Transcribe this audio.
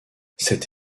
cette